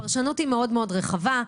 הפרשנות היא מאוד רחבה.